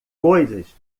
coisas